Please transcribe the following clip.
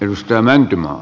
arvoisa puhemies